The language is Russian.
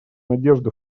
надежды